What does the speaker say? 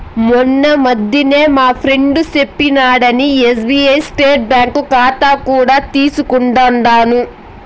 మొన్నీ మధ్యనే మా ఫ్రెండు సెప్పినాడని ఎస్బీఐ నెట్ బ్యాంకింగ్ కాతా కూడా తీసుకుండాను